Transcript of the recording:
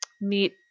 meet